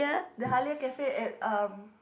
the Halia-Cafe at um